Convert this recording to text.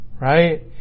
Right